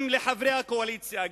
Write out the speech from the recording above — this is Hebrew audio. גם לחברי הקואליציה,